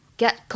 get